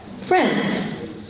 friends